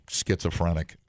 schizophrenic